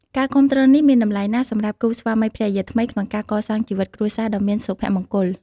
ការគាំទ្រនេះមានតម្លៃណាស់សម្រាប់គូស្វាមីភរិយាថ្មីក្នុងការកសាងជីវិតគ្រួសារដ៏មានសុភមង្គល។